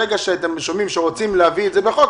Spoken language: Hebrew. ברגע שאתם שומעים שרוצים להביא את זה בחוק,